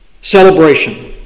Celebration